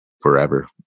forever